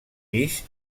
pis